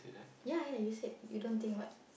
ya ya you said you don't think what